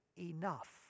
enough